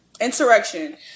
Insurrection